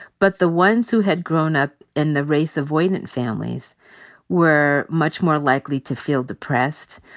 but the ones who had grown up in the race-avoidant families were much more likely to feel depressed,